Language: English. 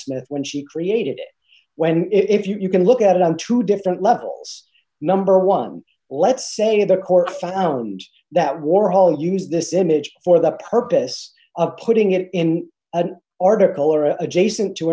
goldsmith when she created it when if you can look at it on two different levels number one let's say the court found that warhol used this image for the purpose of putting it in an article or adjacent to